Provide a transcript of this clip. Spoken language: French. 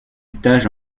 stages